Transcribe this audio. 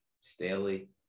Staley